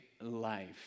life